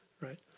right